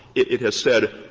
it has said,